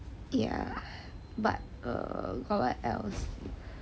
ya but err got what else